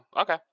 Okay